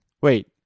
Wait